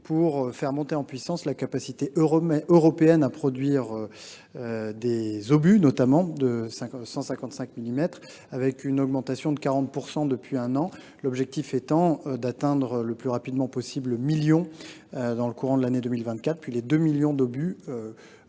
pour faire monter en puissance la capacité européenne à produire des obus, notamment de 155 millimètres, avec une augmentation de 40 % depuis un an. L’objectif est d’atteindre le plus rapidement possible le million d’obus dans le courant de l’année 2024, puis les deux millions d’obus